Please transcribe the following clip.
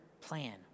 plan